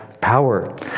power